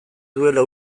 duela